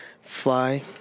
fly